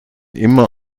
immer